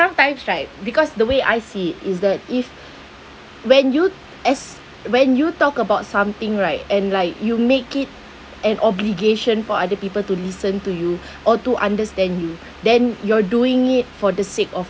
sometimes right because the way I see it is that if when you as when you talk about something right and like you make it an obligation for other people to listen to you or to understand you then you're doing it for the sake of